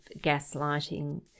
gaslighting